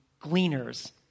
gleaners